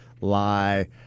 lie